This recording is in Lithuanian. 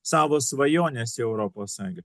savo svajones į europos sąjungą